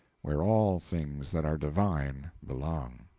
where all things that are divine belong.